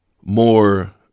more